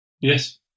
yes